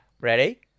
ready